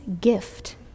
gift